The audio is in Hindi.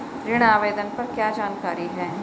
ऋण आवेदन पर क्या जानकारी है?